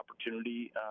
opportunity